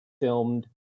filmed